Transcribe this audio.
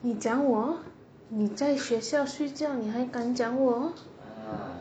你讲我你在学校睡你还敢讲我